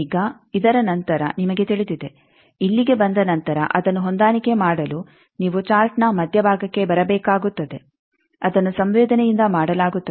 ಈಗ ಇದರ ನಂತರ ನಿಮಗೆ ತಿಳಿದಿದೆ ಇಲ್ಲಿಗೆ ಬಂದ ನಂತರ ಅದನ್ನು ಹೊಂದಾಣಿಕೆ ಮಾಡಲು ನೀವು ಚಾರ್ಟ್ನ ಮಧ್ಯಭಾಗಕ್ಕೆ ಬರಬೇಕಾಗುತ್ತದೆ ಅದನ್ನು ಸಂವೇದನೆಯಿಂದ ಮಾಡಲಾಗುತ್ತದೆ